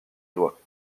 dois